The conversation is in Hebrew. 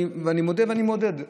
אני מודה, ואני מעודד אתכם,